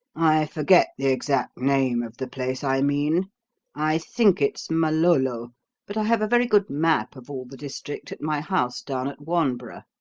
i forget the exact name of the place i mean i think it's malolo but i have a very good map of all the district at my house down at wanborough.